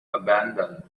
abandoned